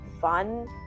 fun